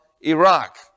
Iraq